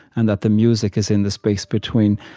and that the music is in the space between,